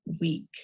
week